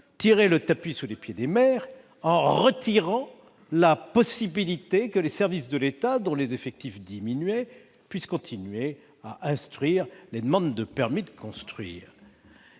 tiré le tapis sous les pieds des maires, leur retirant la possibilité que les services de l'État, dont les effectifs diminuaient, puissent continuer à instruire les demandes de permis de construire.